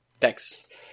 Thanks